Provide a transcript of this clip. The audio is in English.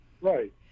Right